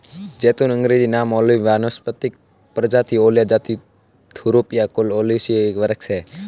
ज़ैतून अँग्रेजी नाम ओलिव वानस्पतिक प्रजाति ओलिया जाति थूरोपिया कुल ओलियेसी एक वृक्ष है